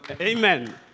Amen